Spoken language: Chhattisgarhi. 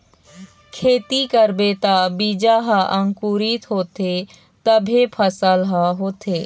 खेती करबे त बीजा ह अंकुरित होथे तभे फसल ह होथे